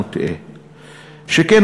איציק,